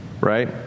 right